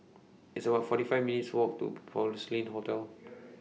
It's about forty five minutes' Walk to Porcelain Hotel